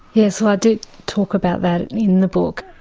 yes, well i do talk about that in the book,